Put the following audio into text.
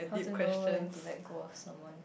how to know when to let go of someone